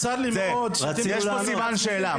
יש פה סימן שאלה,